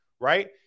right